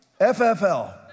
FFL